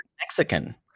Mexican